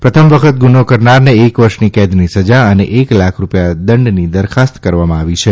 પ્રથમ વખત ગુન કરનારને એક વર્ષની કેદની સજા અને એક લાખ રૂપિથા દંડની દરખાસ્ત કરવામાં આવી છે